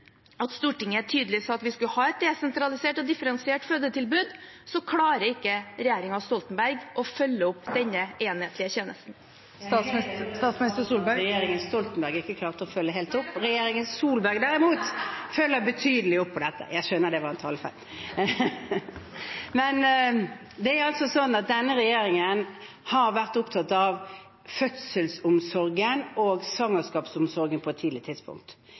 at Stortinget tydelig sa at vi skal ha et desentralisert og differensiert fødetilbud, klarer ikke regjeringen Stoltenberg å følge opp denne enhetlige tjenesten. Jeg er helt enig med representanten i at regjeringen Stoltenberg ikke klarte å følge helt opp. Beklager. Regjeringen Solberg derimot følger opp dette i betydelig grad – jeg skjønner at det var en forsnakkelse. Denne regjeringen har vært opptatt av fødsels- og svangerskapsomsorgen på et tidlig tidspunkt.